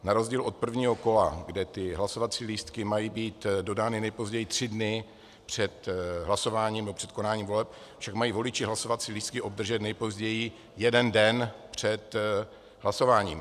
Na rozdíl od prvního kola, kde hlasovací lístky mají být dodány nejpozději tři dny před hlasováním, před konáním voleb, však mají voliči hlasovací lístky obdržet nejpozději jeden den před hlasováním.